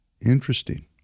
Interesting